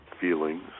feelings